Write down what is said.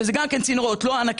שהם גם צינורות לא ענקיים,